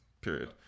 period